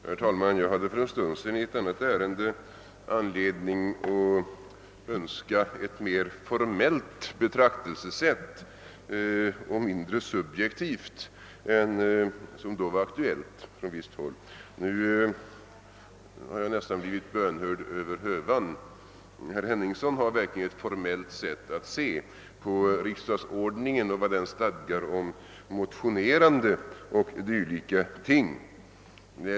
Herr talman! Jag hade för en stund sedan i ett annat ärende anledning att önska ett mer formellt och mindre subjektivt betraktelsesätt än det som då anlades från visst håll. Nu har jag nästan blivit bönhörd över hövan. Herr Henningsson har verkligen ett formellt sätt att se på riksdagsordningen och vad den stadgar om motionerande.